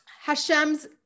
Hashem's